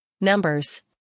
numbers